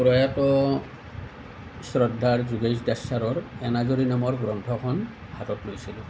প্ৰয়াত শ্ৰদ্ধাৰ যোগেশ দাস চাৰৰ এনাজৰী নামৰ গ্ৰন্থখন হাতত লৈছিলোঁ